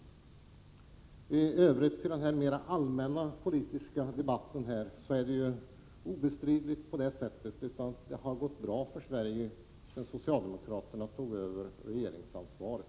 I övrigt vill jag när det gäller den mer allmänna politiska debatten säga att det obestridligen har gått bra för Sverige sedan socialdemokraterna tog över regeringsansvaret.